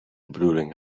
bedoeling